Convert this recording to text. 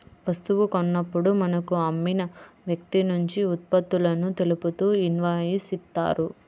వస్తువు కొన్నప్పుడు మనకు అమ్మిన వ్యక్తినుంచి ఉత్పత్తులను తెలుపుతూ ఇన్వాయిస్ ఇత్తారు